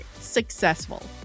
successful